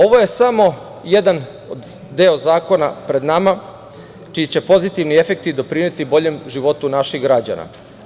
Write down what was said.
Ovo je samo jedan deo od zakona pred nama čiji će pozitivni efekti doprineti boljem životu naših građana.